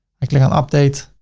i click on update